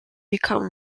become